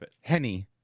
Henny